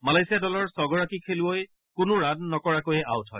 Malaysia দলৰ ছগৰাকী খেলুৱৈ কোনো ৰান নকৰাকৈয়ে আউট হয়